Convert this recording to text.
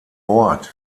ort